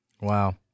Wow